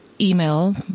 Email